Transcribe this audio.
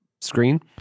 screen